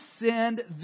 send